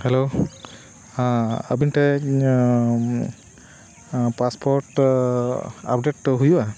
hello ᱦᱮᱸ ᱟᱹᱵᱤᱱ ᱴᱷᱮᱱ ᱯᱟᱥᱯᱳᱨᱴ ᱟᱯᱰᱮᱴ ᱦᱩᱭᱩᱜᱼᱟ